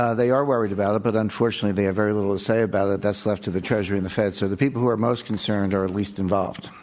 ah they are worried about it, but unfortunately they have very little to say about it. that's left to the treasury and the fed. so, the people who are most concerned are the least involved.